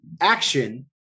action